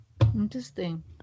Interesting